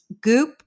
Goop